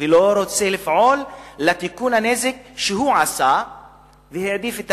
ולא רוצה לפעול לתיקון הנזק שהוא עשה והעדיף את